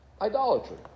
idolatry